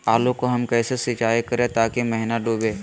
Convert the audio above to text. आलू को हम कैसे सिंचाई करे ताकी महिना डूबे?